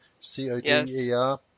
C-O-D-E-R